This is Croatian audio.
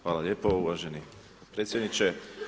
Hvala lijepo uvaženi predsjedniče.